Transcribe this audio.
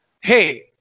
Hey